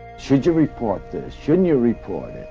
should you report this? shouldn't you report it?